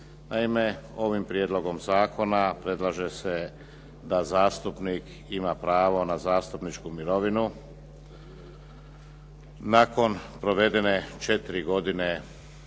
Naime, ovim prijedlogom zakona predlaže se da zastupnik ima pravo na zastupničku mirovinu nakon provedene 4 godine u